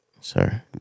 sir